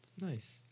Nice